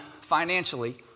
financially